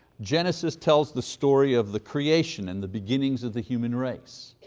genesis tells the story of the creation and the beginnings of the human race.